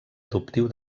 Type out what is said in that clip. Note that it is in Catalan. adoptiu